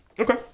Okay